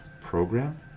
program